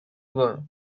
get